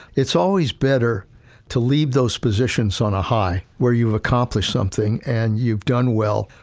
it's always better to leave those positions on a high, where you've accomplished something and you've done well,